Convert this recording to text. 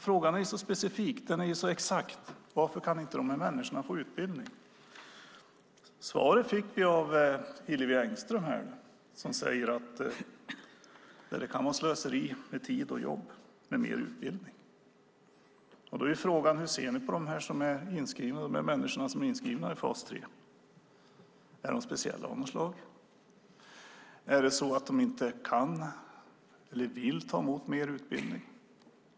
Frågan är specifik och exakt: Varför kan inte de här människorna få utbildning? Vi fick nu ett svar av Hillevi Engström. Hon säger att det kan vara slöseri med tid och jobb med mer utbildning. Då är frågan hur ni ser på de människor som är inskrivna i fas 3. Är de speciella på något sätt? Är det så att de inte kan eller vill ta emot mer utbildning?